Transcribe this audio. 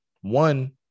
One